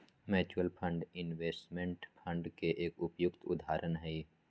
mutual fund investment fund के एक उपयुक्त उदाहरण हई